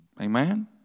Amen